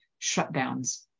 shutdowns